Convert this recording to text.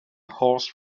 horse